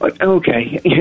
okay